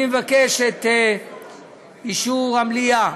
אני מבקש את אישור המליאה